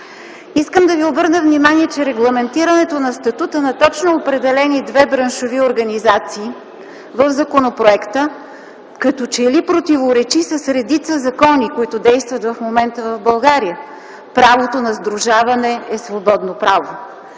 Искам да ви обърна внимание, че регламентирането на статута на точно определени две браншови организации в законопроекта като че ли противоречи с редица закони, които действат в момента в България. Правото на сдружаване е свободно право.